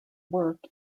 work